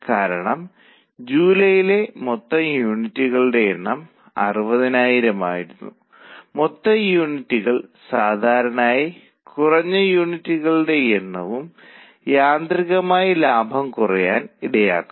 ഇപ്പോൾ ഇവിടെ ആകെ വേരിയബിൾ ചെലവ് 15 ഉം യൂണിറ്റിന് സംഭാവന 15 ഉം ആണ് നിലവിലെ ബജറ്റ് പ്രകാരം ഇത് സംഭാവനയായി നൽകിയിരിക്കുന്നു